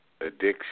Addiction